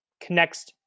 connects